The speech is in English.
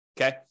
okay